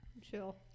chill